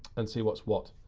and see what's what.